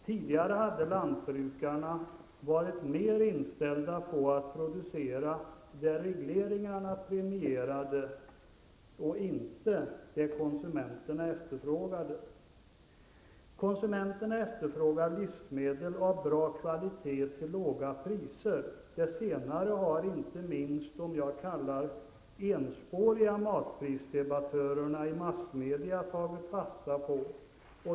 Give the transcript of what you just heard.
Tidigare hade lantbrukarna mer varit inställda på att producera det regleringarna premierade än det som konsumenterna efterfrågade. Konsumenterna efterfrågar livsmedel av bra kvalitet till låga priser. Det senare har inte minst de -- som jag kallar dem -- enspåriga matprisdebattörerna i massmedia tagit fasta på.